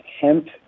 hemp